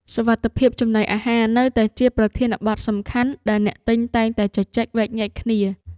សុវត្ថិភាពចំណីអាហារនៅតែជាប្រធានបទសំខាន់ដែលអ្នកទិញតែងតែជជែកវែកញែកគ្នា។